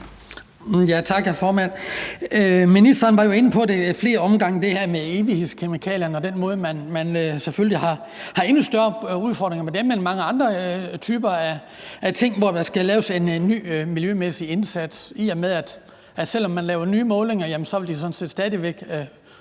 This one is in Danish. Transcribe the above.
ad flere omgange inde på det her med evighedskemikalierne og den måde, hvorpå man selvfølgelig har endnu større udfordringer med dem end med mange andre typer af ting, hvor der skal laves en ny miljømæssig indsats, i og med at de sådan set, selv om man laver nye målinger, og selv om man